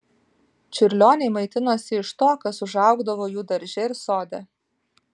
čiurlioniai maitinosi iš to kas užaugdavo jų darže ir sode